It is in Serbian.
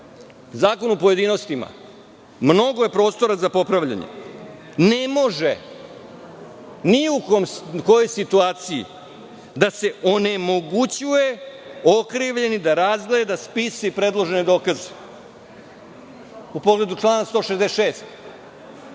zakon u pojedinostima, mnogo je prostora za popravljanje. Ne može ni u kojoj situaciji da se onemogućava okrivljeni da razgleda spise i predložene dokaze, u pogledu člana 166.